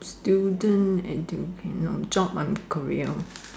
student education job or career